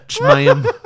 ma'am